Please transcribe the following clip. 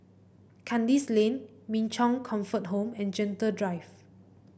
Kandis Lane Min Chong Comfort Home and Gentle Drive